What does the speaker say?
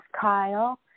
Kyle